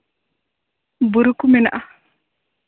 ᱵᱩᱨᱩ ᱠᱚ ᱢᱮᱱᱟᱜᱼᱟ